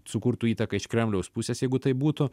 sukurtų įtaką iš kremliaus pusės jeigu taip būtų